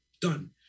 done